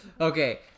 Okay